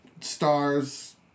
Stars